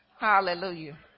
Hallelujah